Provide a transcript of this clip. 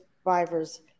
survivors